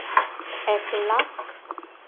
ᱮᱠ ᱞᱟᱠᱷ